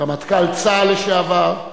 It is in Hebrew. רמטכ"ל צה"ל לשעבר,